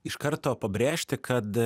iš karto pabrėžti kad